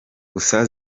gusa